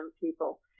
people